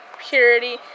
purity